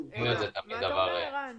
רציתי להגיד שכבר אני רואה את הנכונות